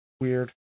weird